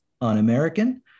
un-American